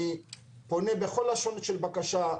אני פונה בכל לשון של בקשה,